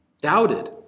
doubted